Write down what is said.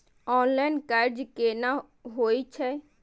Online कर्ज केना होई छै?